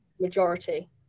majority